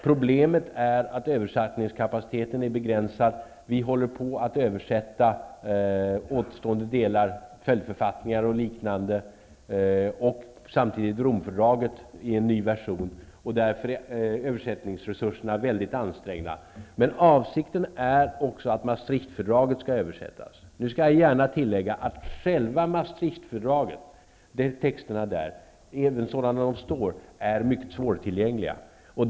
Problemet är att översättningskapaciteten är begränsad. Vi håller på att översätta återstående delar, följdförfattningar o.dyl. samt Romfördraget i en ny version. Därför är översättningsresurserna mycket ansträngda. Avsikten är att även Maastricht-fördraget skall översättas. Texterna i själva Maastricht-fördraget är dock mycket svårtillgängliga.